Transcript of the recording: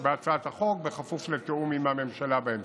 בהצעת החוק, בכפוף לתיאום עם הממשלה בהמשך.